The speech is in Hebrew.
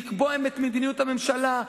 לקבוע את מדיניות הממשלה.